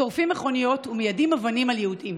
שורפים מכוניות ומיידים אבנים על יהודים.